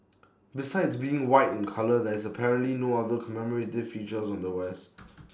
besides being white in colour there is apparently no other commemorative features on the wares